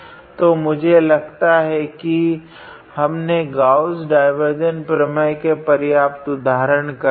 तो मुझे लगता है की हमने गॉस डाइवार्जेंस प्रमेय के पर्याप्त उदाहरण कर लिए है